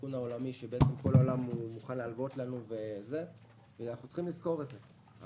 סיכון שכל העולם מוכן להלוות לנו ואנחנו צריכים לזכור את זה.